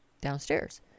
downstairs